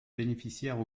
bénéficiaires